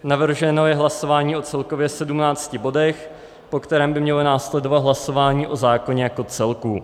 Navrženo je hlasování o celkově sedmnácti bodech, po kterém by mělo následovat hlasování o zákoně jako celku.